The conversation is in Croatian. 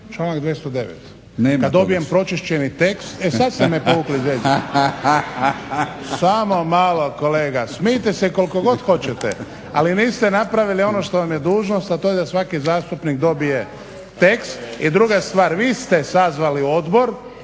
toga./ … Kada dobijem pročišćeni tekst. E sada ste me povukli za jezik. Samo malo kolega, smijte se koliko god hoćete ali niste napravili ono što vam je dužnost a to je da svaki zastupnik dobije tekst. I druga stvar vi ste sazvali odbor